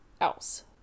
else